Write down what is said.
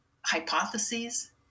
hypotheses